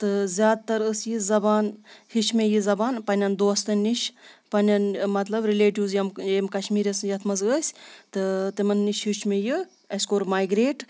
تہٕ زیادٕ تَر ٲس یہِ زبان ہیٚچھ مےٚ یہِ زبان پنٛنٮ۪ن دوستَن نِش پنٛنٮ۪ن مطلب رِلیٹِوز یِم ییٚمہِ کَشمیٖرَس یَتھ منٛز ٲسۍ تہٕ تِمَن نِش ہیوٚچھ مےٚ یہِ اَسہِ کوٚر مایگرٛیٹ